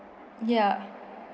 ya